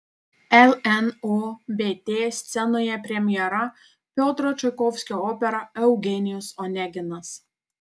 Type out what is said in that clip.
lnobt scenoje premjera piotro čaikovskio opera eugenijus oneginas